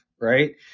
right